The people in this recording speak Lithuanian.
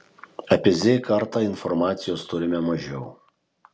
apie z kartą informacijos turime mažiau